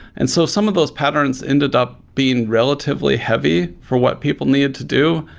and so some of those patterns ended up being relatively heavy for what people need to do,